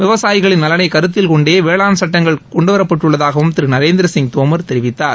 விவசாயிகளின் நலனை உருத்தில்கொண்டே வேளாண் சட்டங்கள் கொண்டு வரப்பட்டுள்ளதாகவும் திரு நரேந்திரசிங் தோமர் தெரிவித்தார்